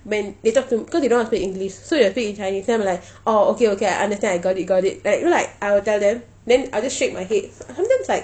when they talk to cause they don't know how to speak english so they will speak in chinese them I'm like orh okay okay I understand I got it got it like you know like I will tell them then I'll just shake my head sometimes like